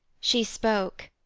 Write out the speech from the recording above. she spoke,